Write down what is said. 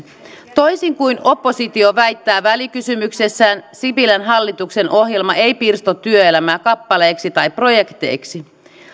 toisin kuin oppositio väittää välikysymyksessään sipilän hallituksen ohjelma ei pirsto työelämää kappaleiksi tai projekteiksi